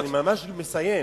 אני ממש מסיים.